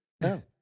No